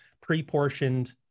pre-portioned